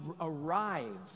arrive